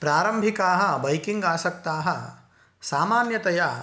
प्रारम्भिकाः बैकिङ्गासक्ताः सामान्यतया